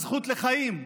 הזכות לחיים,